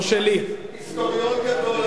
לא שלי, היסטוריון גדול אתה.